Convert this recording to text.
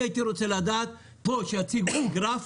אני הייתי רוצה לדעת ושיציגו לי פה גרף